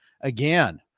again